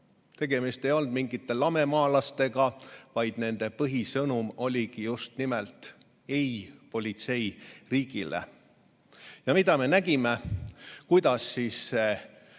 Tegemist ei olnud mingite lamemaalastega, vaid nende põhisõnum oligi just nimelt "Ei politseiriigile". Ja mida me nägime? Kuidas siis